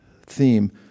theme